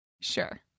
Sure